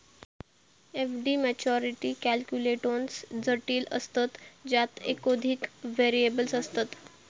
FD maturity calculations जटिल असतत ज्यात एकोधिक व्हेरिएबल्स असतत